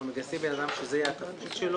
אנחנו מגייסים אדם שזה יהיה התפקיד שלו,